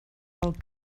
del